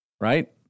right